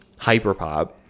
hyperpop